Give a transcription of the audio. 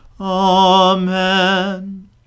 Amen